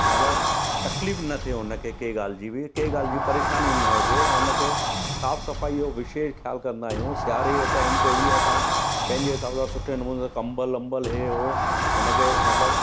मतिलबु तकलीफ़ु न थिए हुन खे कंहिं ॻाल्हि जी बि कंहिं ॻाल्हि जी बि परेशानी न हुजे हुन खे साफ़ु सफ़ाई जो विशेष ख़्यालु कंदा आहियूं सियारे जे टाइम ते बि असां पंहिंजे हिसाब सां सुठे नमूने सां कंबलु वंबल हे हो हुन खे मतिलबु